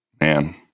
Man